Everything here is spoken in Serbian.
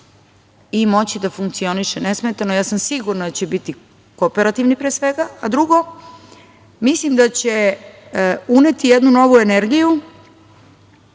i moći da funkcioniše nesmetano. Sigurna sam da će biti kooperativni, pre svega, a drugo, mislim da će uneti jednu novu energiju,